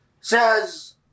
says